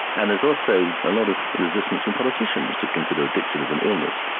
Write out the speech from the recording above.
and there's also a lot of resistance from politicians to consider addiction as an illness.